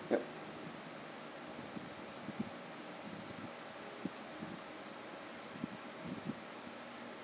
yup